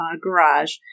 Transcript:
garage